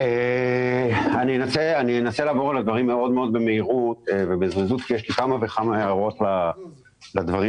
יש פה חברה ציבורית שמקבלת בנזיד עדשים משאבי טבע ולא פועלת בתנאי